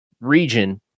region